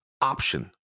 option